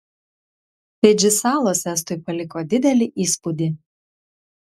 fidži salos estui paliko didelį įspūdį